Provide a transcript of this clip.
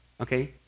Okay